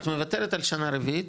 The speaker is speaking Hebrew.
את מוותרת על שנה רביעית,